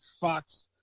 Fox